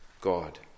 God